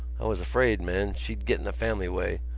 i was afraid, man, she'd get in the family way.